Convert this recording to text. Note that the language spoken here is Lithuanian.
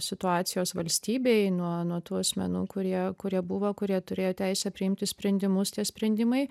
situacijos valstybėj nuo nuo tų asmenų kurie kurie buvo kurie turėjo teisę priimti sprendimus tie sprendimai